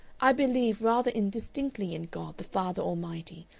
i believe rather indistinctly in god the father almighty,